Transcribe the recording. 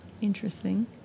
Interesting